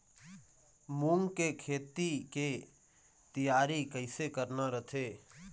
मूंग के खेती के तियारी कइसे करना रथे?